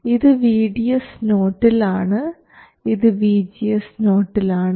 ഇത് VDS0 യിൽ ആണ് ഇത് VGS0 യിൽ ആണ്